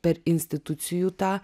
per institucijų tą